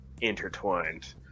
Intertwined